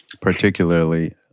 particularly